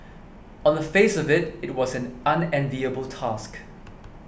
on the face of it it was an unenviable task